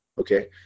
Okay